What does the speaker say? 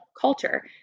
culture